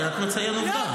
אני רק מציין עובדה.